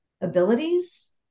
abilities